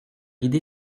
idée